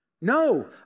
No